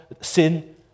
sin